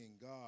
God